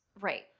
Right